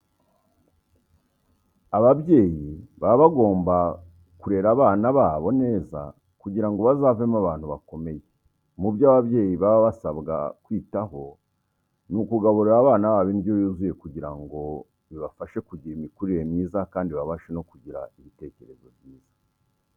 Ababyeyi baba bagomba kurera abana babo neza kugira ngo bazavemo abantu bakomeye. Mu byo ababyeyi baba basabwa kwitaho ni ukugaburira abana babo indyo yuzuye kugira ngo bibafashe kugira imikurire myiza kandi babashe no kugira ibitekerezo byiza.